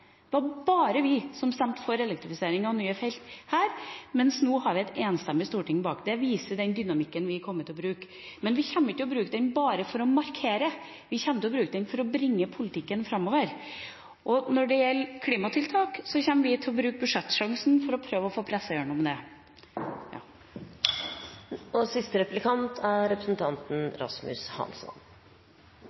Det var bare vi som stemte for elektrifisering av nye felt, mens vi nå har et enstemmig storting bak det. Det viser den dynamikken vi kommer til å bruke. Men vi kommer ikke til å bruke den bare for å markere. Vi kommer til å bruke den for å bringe politikken framover. Når det gjelder klimatiltak, kommer vi til å bruke budsjettsjansen for å prøve å presse gjennom det. Optimisme er en god ting. Miljøpartiet De Grønne skal selvfølgelig, på våre premisser, både heie på og gjøre